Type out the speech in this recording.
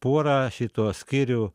pora šituos skyrių